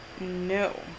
no